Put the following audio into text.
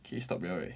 can you stop already